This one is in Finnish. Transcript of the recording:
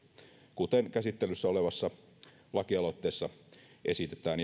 kuten käsittelyssä olevassa lakialoitteessa esitetään